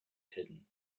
hidden